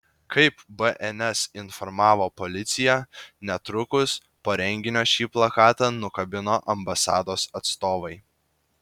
kaip bns informavo policija netrukus po renginio šį plakatą nukabino ambasados atstovai